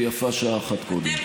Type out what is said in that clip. ויפה שעה אחת קודם.